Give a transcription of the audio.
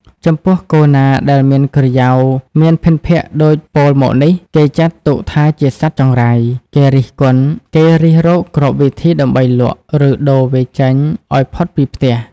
ចំពោះ គោណាដែលមានក្រយៅមានភិនភាគដូចពោលមកនេះ គេចាត់ទុកថាជាសត្វចង្រៃ គេរិះរកគ្រប់វិធីដើម្បីលក់ ឬដូរវាចេញឱ្យផុតពីផ្ទះ។